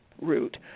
route